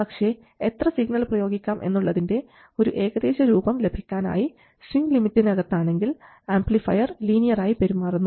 പക്ഷേ എത്ര സിഗ്നൽ പ്രയോഗിക്കാം എന്നുള്ളതിൻറെ ഒരു ഏകദേശരൂപം ലഭിക്കാനായി സ്വിങ് ലിമിറ്റിന് അകത്ത് ആണെങ്കിൽ ആംപ്ലിഫയർ ലീനിയർ linear ആയി പെരുമാറുന്നു